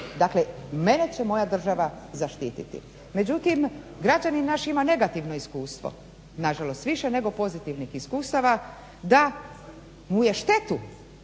Mene će moja država zaštiti. Međutim građanin naš ima negativno iskustvo nažalost više nego pozitivnih iskustava da mu je štetu